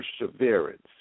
perseverance